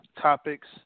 topics